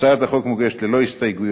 הצעת החוק מוגשת ללא הסתייגויות,